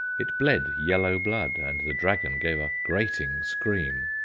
it bled yellow blood, and the dragon gave a grating scream.